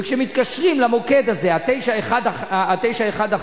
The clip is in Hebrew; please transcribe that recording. וכשמתקשרים למוקד הזה, 911,